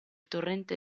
torrente